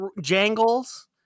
Jangles